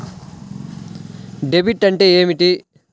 Debit అంటే ఏమిటి?